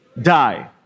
die